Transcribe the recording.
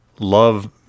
love